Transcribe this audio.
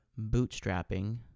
bootstrapping